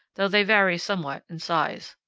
though they vary somewhat in size.